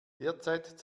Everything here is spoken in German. derzeit